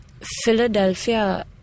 Philadelphia